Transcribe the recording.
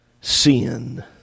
sin